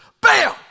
Bam